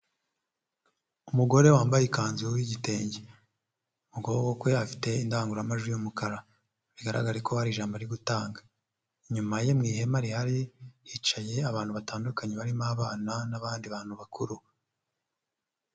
Umugore wambaye ikanzu y'igitenge mu kuboko kwe afite indangururamajwi y'umukara bigaragare ko hari ijambo ari gutanga. Inyuma ye mu ihema rihari, hicaye abantu batandukanye barimo abana n'abandi bantu bakuru.